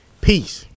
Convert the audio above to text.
Peace